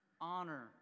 honor